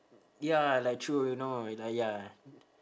ya like true you know you like ya